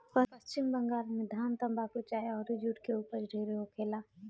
पश्चिम बंगाल में धान, तम्बाकू, चाय अउर जुट के ऊपज ढेरे होखेला